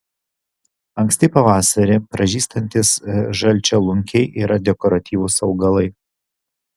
anksti pavasarį pražystantys žalčialunkiai yra dekoratyvūs augalai